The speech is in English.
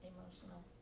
Emotional